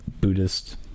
buddhist